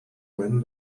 when